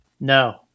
no